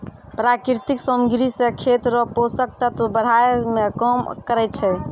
प्राकृतिक समाग्री से खेत रो पोसक तत्व बड़ाय मे काम करै छै